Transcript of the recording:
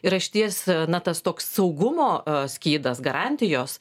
yra išties na tas toks saugumo skydas garantijos